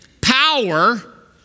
power